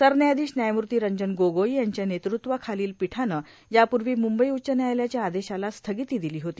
सरन्यायाधीश न्यायमूर्ती रंजन गोगोई यांच्या नेतृत्वाखालच्या पीठानं यापूर्वी मुंबई उच्च न्यायालयाच्या आदेशाला स्थगिती दिली होती